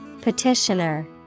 Petitioner